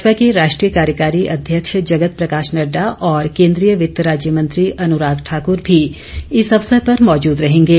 भाजपा के राष्ट्रीय कार्यकारी अध्यक्ष जगत प्रकाश नड्डा और केंद्रीय वित्त राज्यमंत्री अनुराग ठाकर भी इस अवसर पर मौजूद रहेंगे